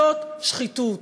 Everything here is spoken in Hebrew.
זאת שחיתות.